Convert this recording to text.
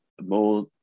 more